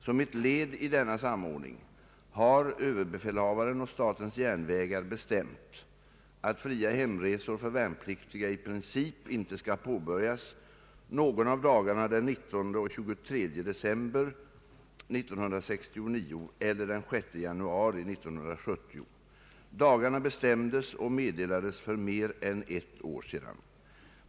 Som ett led i denna samordning har överbefälhavaren och statens järnvägar bestämt att fria hemresor för värnpliktiga i princip inte skall påbörjas någon av dagarna den 19 och 23 december 1969 eller den 6 januari 1970. Dagarna bestämdes och meddelades för mer än ett år sedan.